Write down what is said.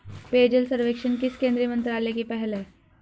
पेयजल सर्वेक्षण किस केंद्रीय मंत्रालय की पहल है?